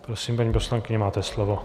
Prosím, paní poslankyně, máte slovo.